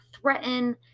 threaten